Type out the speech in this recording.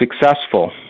successful